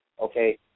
okay